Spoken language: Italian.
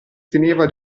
teneva